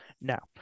now